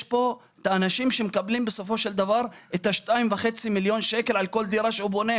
יש אנשים שמקבלים את ה-2.5 מיליון שקל על כל דירה שהוא בונה,